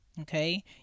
Okay